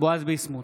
בועז ביסמוט,